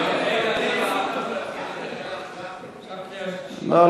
לא,